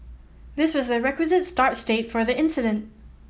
this was the requisite start state for the incident